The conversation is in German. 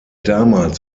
damals